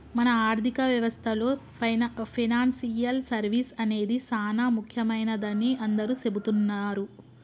మన ఆర్థిక వ్యవస్థలో పెనాన్సియల్ సర్వీస్ అనేది సానా ముఖ్యమైనదని అందరూ సెబుతున్నారు